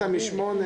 לא להפריע באמצע,